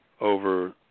over